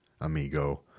amigo